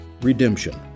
redemption